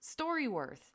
StoryWorth